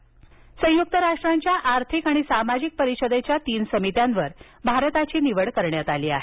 निवड संयुक्त राष्ट्रांच्या आर्थिक आणि सामाजिक परिषदेच्या तीन समित्यांवर भारताची निवड करण्यात आली आहे